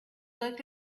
looked